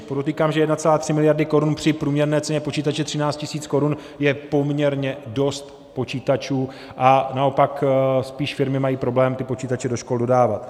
Podotýkám, že 1,3 miliardy korun při průměrné ceně počítače 13 tisíc korun je poměrně dost počítačů a naopak spíš firmy mají problém ty počítače do škol dodávat.